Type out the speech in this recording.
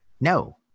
no